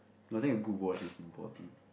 I think a good watch is important